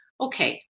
okay